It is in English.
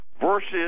versus